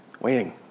Waiting